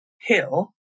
hill